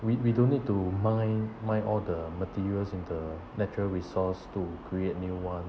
we we don't need to mine mine all the materials in the natural resource to create new one